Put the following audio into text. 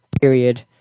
period